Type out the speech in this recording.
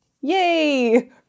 Yay